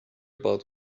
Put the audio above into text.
about